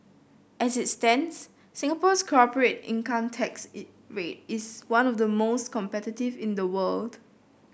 as it stands Singapore's corporate income tax rate is one of the most competitive in the world